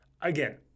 Again